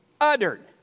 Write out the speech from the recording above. uttered